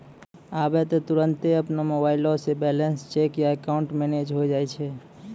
आबै त तुरन्ते अपनो मोबाइलो से बैलेंस चेक या अकाउंट मैनेज होय जाय छै